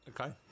Okay